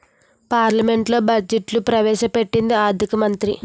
పార్లమెంట్లో బడ్జెట్ను ప్రవేశ పెట్టేది ఆర్థిక మంత్రి